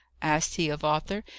asked he of arthur,